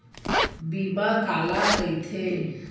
बीमा काला कइथे?